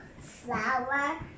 flower